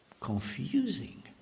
confusing